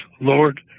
Lord